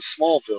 Smallville